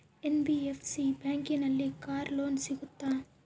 NBFC ಬ್ಯಾಂಕಿನಲ್ಲಿ car loan ಸಿಗುತ್ತಾ?